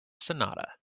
sonata